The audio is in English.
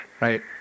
Right